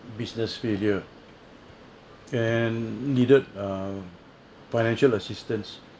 business failure and needed a financial assistance